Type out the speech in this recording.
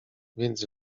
więc